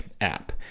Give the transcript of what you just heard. app